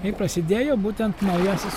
ir prasidėjo būtent naujasis